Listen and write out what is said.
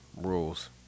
rules